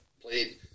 played –